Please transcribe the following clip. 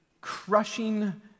crushing